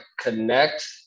connect